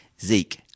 Zeke